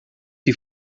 die